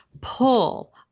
pull